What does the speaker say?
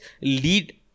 lead